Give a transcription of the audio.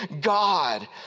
God